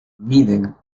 miden